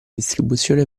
distribuzione